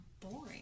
boring